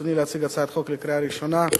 ברצוני להציג הצעת חוק לקריאה ראשונה,